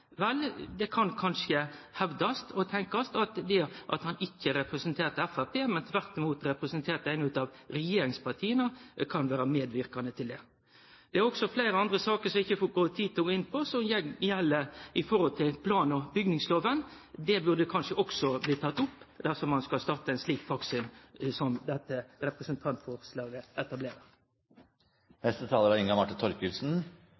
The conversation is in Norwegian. Vel, det kan kanskje hevdast og tenkjast at det at han ikkje representerte Framstegspartiet, men tvert imot representerte eit av regjeringspartia, kan ha medverka til det. Det er også fleire andre saker, som eg ikkje får tid til å gå inn på, som gjeld plan- og bygningsloven. Det burde kanskje også ha blitt teke opp, dersom ein skal starte ein slik praksis som dette representantforslaget